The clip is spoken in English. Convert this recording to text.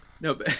No